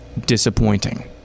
disappointing